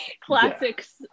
classics